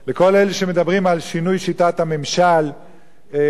וכל אלה שמדברים על שינוי שיטת הממשל כבקשתך,